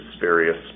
various